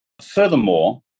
Furthermore